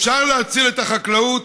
אפשר להציל את החקלאות,